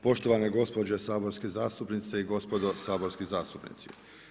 Poštovane gospođe saborske zastupnice i gospodo saborski zastupnici.